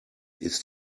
ist